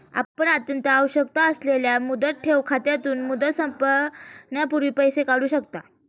आपण अत्यंत आवश्यकता असल्यास मुदत ठेव खात्यातून, मुदत संपण्यापूर्वी पैसे काढू शकता